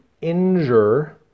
injure